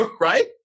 right